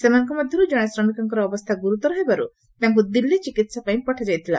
ସେମାନଙ୍କ ମଧ୍ଧରୁ ଜଣେ ଶ୍ରମିକଙ୍କର ଅବସ୍ତା ଗୁରୁତର ହେବାରୁ ତାଙ୍କୁ ଦିଲ୍ଲୀ ଚିକିହା ପାଇଁ ପଠା ଯାଇଥିଲା